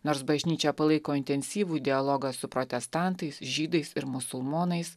nors bažnyčia palaiko intensyvų dialogą su protestantais žydais ir musulmonais